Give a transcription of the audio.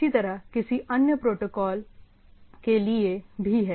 इसी तरह किसी अन्य प्रोटोकॉल के लिए भी है